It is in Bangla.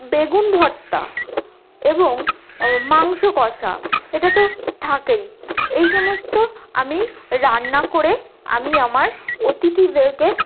বেগুন ভর্তা এবং মাংস কষা এটা তো থাকেই এই সমস্ত আমি রান্না করে আমি আমার অতিথিদেরকে